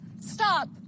Stop